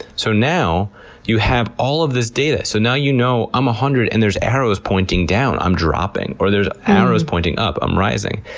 so now you have all of this data. so now you know, i'm one hundred, and there's arrows pointing down, i'm dropping, or there's arrows pointing up, i'm rising.